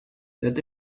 that